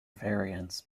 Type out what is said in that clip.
variants